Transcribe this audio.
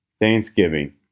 Thanksgiving